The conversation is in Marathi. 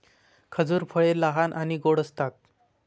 खजूर फळे लहान आणि गोड असतात